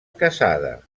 casada